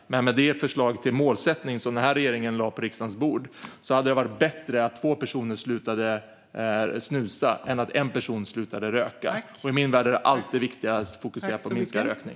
Men med det förslag till målsättning som regeringen lade på riksdagens bord hade det varit bättre att två personer slutade snusa än att en person slutade röka. I min värld är det alltid viktigast att fokusera på minskad rökning.